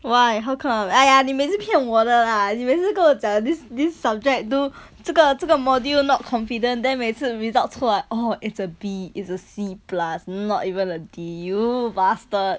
why how come 哎呀你每次骗我的 lah 你每次跟我讲 this this subject this 这个这个 module not confident then 每次 result 出来 orh it's a B is a C plus not even a D you bastard